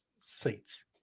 seats